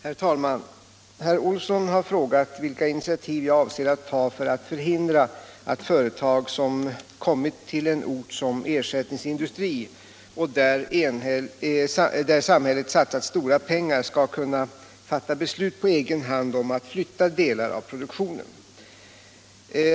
Herr talman! Herr Olsson i Edane har frågat vilka initiativ jag avser att ta för att förhindra att företag, som kommit till en ort som ersätlningsindustri och där samhället satsat stora pengar, skall kunna fatta beslut på egen hand om att flytta delar av produktionen.